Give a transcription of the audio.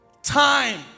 Time